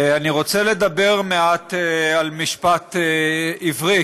אני רוצה לדבר מעט על משפט עברי,